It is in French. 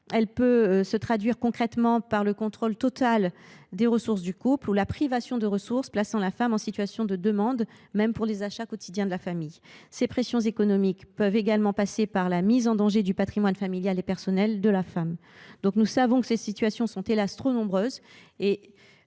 comptes bancaires, par le contrôle total des ressources du couple, ou par la privation de ressources plaçant la femme en situation de demande, même pour les achats quotidiens de la famille. Ces pressions économiques peuvent également passer par la mise en danger du patrimoine familial et personnel de la femme. Nous savons que ces situations sont, hélas ! trop nombreuses.